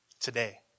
Today